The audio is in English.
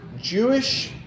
Jewish